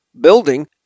building